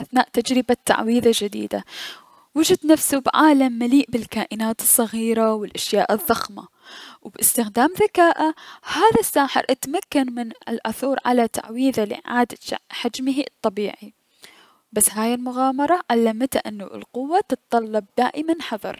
اثناء تجربة تعويذة جديدة، وجد نفسه بعالم مليء بالكائنات الصغيرة و الكائنات الضخمة و بأستخدام ذكاءه، هذا الساحر اتمكن من ان العثور على تعويذة لأعادة حجمه الطبيعي بس هاي المغامرة علمته انو القوة تتطلب دائما حذر.